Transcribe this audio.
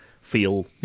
feel